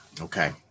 Okay